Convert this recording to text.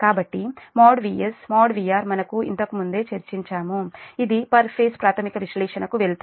కాబట్టి VS|VR| మనము ఇంతకుముందు చర్చించాము ఇది పర్ ఫేజ్ ప్రాథమిక విశ్లేషణకు వెళ్తుంది